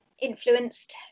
influenced